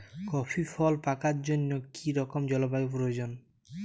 Coffee ফল পাকার জন্য কী রকম জলবায়ু প্রয়োজন?